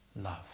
love